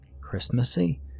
Christmassy